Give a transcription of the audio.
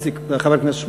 חבר הכנסת שמולי,